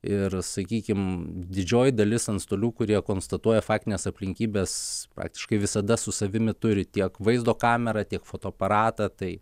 ir sakykim didžioji dalis antstolių kurie konstatuoja faktines aplinkybes praktiškai visada su savimi turi tiek vaizdo kamerą tiek fotoaparatą tai